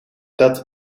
dat